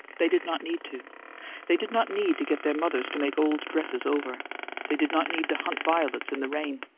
they did not need to they did not need to get their mothers to make old dresses over they did not need to hunt violets in the rain.